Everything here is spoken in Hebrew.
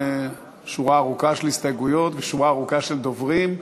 שורה ארוכה של הסתייגויות ושורה ארוכה של דוברים,